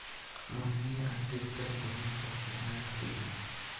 मोहिनी आज Digital India पर seminar करेगी